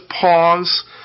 pause